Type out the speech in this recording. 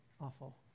awful